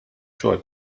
xogħol